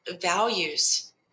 values